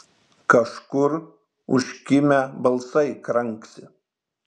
kažkur užkimę balsai kranksi